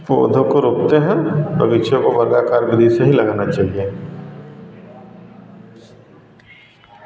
पौधों को रोपते हैं बगीचे को वर्गाकार बगीचे ही लगाना चाहिए